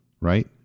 right